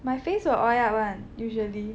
my face will oil up one usually